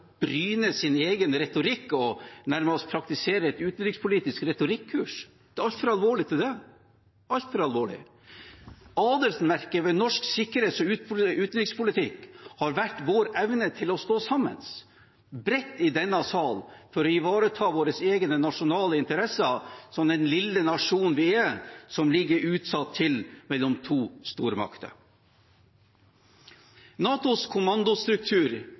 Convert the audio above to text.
bryne sin egen retorikk og nærmest praktisere et utenrikspolitisk retorikkurs. Det er altfor alvorlig til det – altfor alvorlig. Adelsmerket ved norsk sikkerhets- og utenrikspolitikk har vært vår evne til å stå sammen bredt i denne sal for å ivareta våre egne nasjonale interesser som den lille nasjon vi er, som ligger utsatt til mellom to stormakter. NATOs kommandostruktur